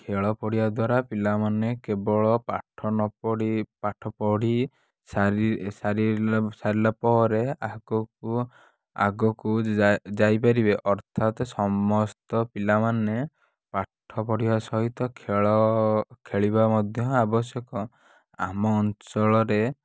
ଖେଳ ପଡ଼ିଆ ଦ୍ୱାରା ପିଲାମାନେ କେବଳ ପାଠ ନ ପଢ଼ି ପାଠ ପଢ଼ି ସାରି ସାରି ସାରିଲା ପରେ ଆଗକୁ ଆଗକୁ ଯାଇ ଯାଇପାରିବେ ଅର୍ଥାତ ସମସ୍ତ ପିଲାମାନେ ପାଠ ପଢ଼ିବା ସହିତ ଖେଳ ଖେଳିବା ମଧ୍ୟ ଆବଶ୍ୟକ ଆମ ଅଞ୍ଚଳରେ